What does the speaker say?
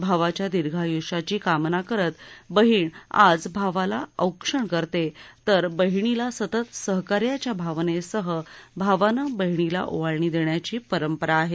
भावाच्या दीर्घायृष्याची कामना करत बहीण आज भावाला औक्षण करते तर बहिणीला सतत सहकार्याच्या भावनेसह भावाने बहिणीला ओवाळणी देण्याची परंपरा आहे